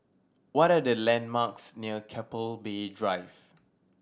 what are the landmarks near Keppel Bay Drive